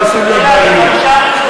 ואתה עשוי להיות בעל עניין.